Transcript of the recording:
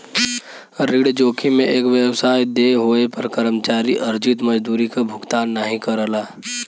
ऋण जोखिम में एक व्यवसाय देय होये पर कर्मचारी अर्जित मजदूरी क भुगतान नाहीं करला